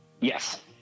Yes